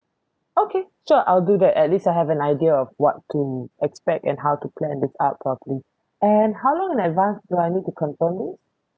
okay sure I'll do that at least I have an idea of what to expect and how to plan it out properly and how long in advance do I need to confirm this